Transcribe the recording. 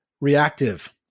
reactive